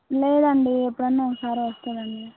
లేదండి ఎప్పుడన్నా ఒకసారి వస్తుంది అండి